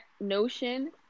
notion